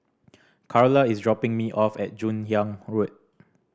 Carla is dropping me off at Joon Hiang Road